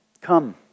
come